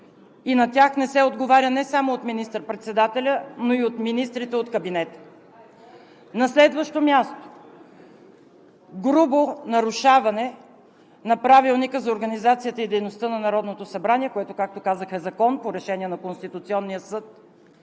и на тях не се отговаря не само от министър-председателя, но и от министрите от кабинета. На следващо място, грубо нарушаване на Правилника за организацията и дейността на Народното събрание, което, както казах, е закон по решение на Конституционния съд.